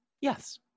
yes